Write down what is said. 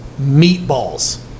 meatballs